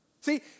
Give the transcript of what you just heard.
See